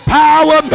power